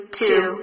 two